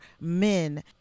men